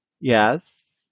Yes